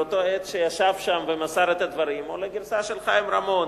לאותו עד שישב שם ומסר את הדברים או לגרסה של חיים רמון,